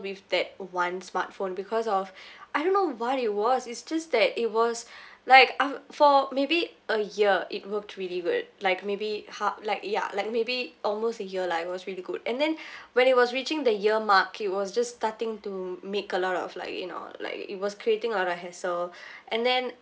with that one smartphone because of I don't know what it was it's just that it was like I've for maybe a year it worked really good like maybe ha~ like yeah like maybe almost a year lah it was really good and then when it was reaching the year mark it was just starting to make a lot of like you know like it was creating a lot of hassle and then